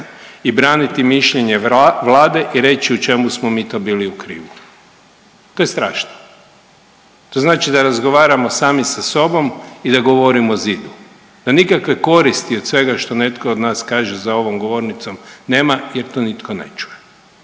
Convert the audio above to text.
i braniti mišljenje Vlade i reći u čemu smo mi to bili u krivu. To je strašno. To znači da razgovaramo sami sa sobom i da govorimo zidu. No, nikakve koristi što netko od nas kaže za ovom govornicom nema jer to nitko ne čuje